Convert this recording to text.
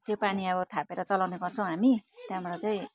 त्यो पानी अब थापेर चलाउने गर्छौँ हामी त्यहाँबाट चाहिँ